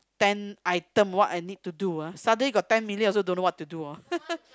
ten item what I need to do ah suddenly got ten million also don't know what to do ah